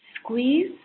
squeeze